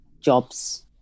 jobs